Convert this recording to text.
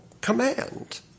command